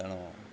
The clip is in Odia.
କ'ଣ